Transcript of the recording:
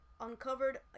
uncovered